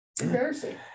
embarrassing